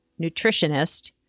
nutritionist